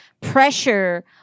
pressure